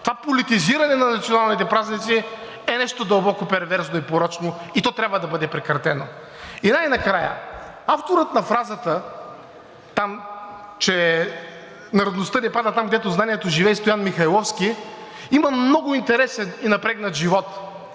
това политизиране на националните празници е нещо дълбоко перверзно и порочно и то трябва да бъде прекратено. И най-накрая, авторът на фразата „Народността не пада там, гдето знанието живей“ – Стоян Михайловски, има много интересен и напрегнат живот.